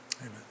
Amen